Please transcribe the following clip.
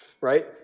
right